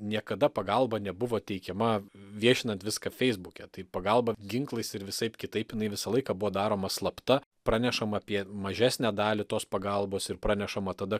niekada pagalba nebuvo teikiama viešinant viską feisbuke tai pagalba ginklais ir visaip kitaip jinai visą laiką buvo daroma slapta pranešama apie mažesnę dalį tos pagalbos ir pranešama tada